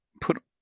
put